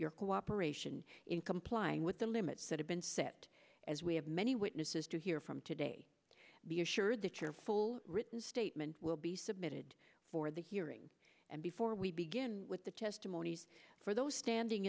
your cooperation in complying with the limits that have been set as we have many witnesses to hear from today be assured that your full written statement will be submitted for the hearing and before we begin with the testimonies for those standing